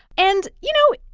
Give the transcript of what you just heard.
and you know,